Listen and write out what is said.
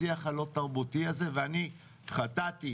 השיח הלא תרבותי הזה --- ואני חטאתי,